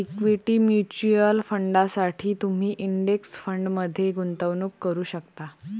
equity mutual फंडांसाठी तुम्ही index फंडमध्ये गुंतवणूक करू शकता